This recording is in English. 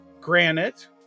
granite